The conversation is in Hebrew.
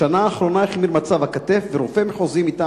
בשנה האחרונה החמיר מצב הכתף ורופא מחוזי מטעם